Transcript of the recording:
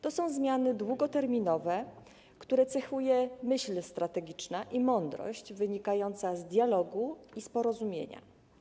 To są zmiany długoterminowe, które cechuje myśl strategiczna i mądrość wynikająca z dialogu i z porozumienia.